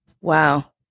Wow